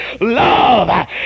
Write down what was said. love